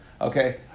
Okay